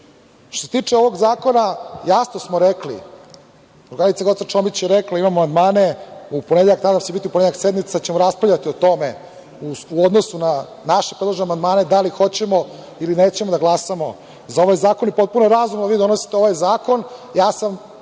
se tiče ovog zakona, jasno smo rekli, drugarica Goca Čomić je rekla da imamo amandmane i u ponedeljak, nadam se da će biti u ponedeljak sednica, ćemo raspravljati o tome u odnosu na naše podržane amandmane da li hoćemo ili nećemo da glasamo za ovaj zakon i potpuno je razumno da vi donosite ovaj zakon.